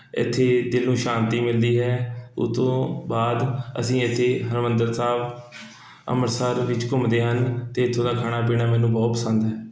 ਇੱਥੇ ਦਿਲ ਨੂੰ ਸ਼ਾਂਤੀ ਮਿਲਦੀ ਹੈ ਉਹ ਤੋਂ ਬਾਅਦ ਅਸੀਂ ਇੱਥੇ ਹਰਿਮੰਦਰ ਸਾਹਿਬ ਅੰਮ੍ਰਿਤਸਰ ਵਿੱਚ ਘੁੰਮਦੇ ਹਨ ਅਤੇ ਇੱਥੋਂ ਦਾ ਖਾਣਾ ਪੀਣਾ ਮੈਨੂੰ ਬਹੁਤ ਪਸੰਦ ਹੈ